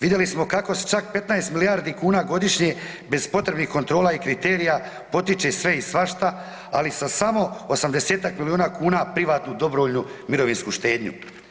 Vidjeli smo kako se čak 15 milijardi kuna godišnje bez potrebnih kontrola i kriterija potiče sve i svašta ali sa samo 80-ak milijuna kuna privatnu dobrovoljnu mirovinsku štednju.